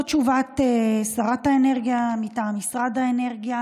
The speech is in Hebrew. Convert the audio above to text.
זו תשובת שרת האנרגיה מטעם משרד האנרגיה